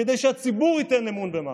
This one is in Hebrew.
כדי שהציבור ייתן אמון במח"ש.